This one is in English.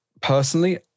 personally